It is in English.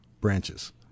branches